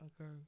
Okay